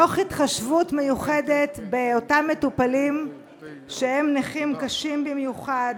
תוך התחשבות מיוחדת באותם מטופלים שהם נכים קשים במיוחד,